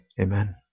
Amen